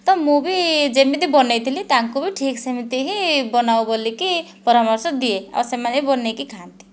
ତ ମୁଁ ବି ଯେମିତି ବନେଇଥିଲି ତାଙ୍କୁ ବି ଠିକ୍ ସେମିତି ହିଁ ବନାଅ ବୋଲିକି ପରାମର୍ଶ ଦିଏ ଆଉ ସେମାନେ ବି ବନେଇକି ଖାଆନ୍ତି